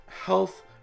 health